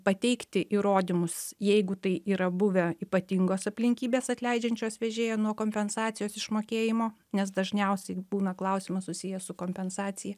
pateikti įrodymus jeigu tai yra buvę ypatingos aplinkybės atleidžiančios vežėją nuo kompensacijos išmokėjimo nes dažniausiai būna klausimas susijęs su kompensacija